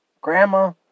grandma